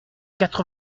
quatre